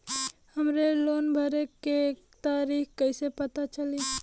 हमरे लोन भरे के तारीख कईसे पता चली?